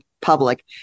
public